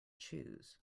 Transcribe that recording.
choose